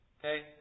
Okay